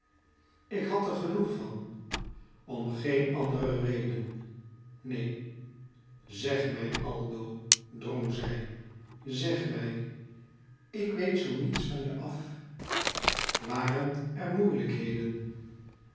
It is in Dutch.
ik had er genoeg van om geen andere reden neen zeg mij aldo drong zij zeg mij ik weet zoo niets van je af waren er moeilijkheden